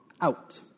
out